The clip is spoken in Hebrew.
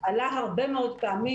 עלה הרבה מאוד פעמים.